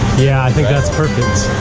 yeah, i think that's perfect.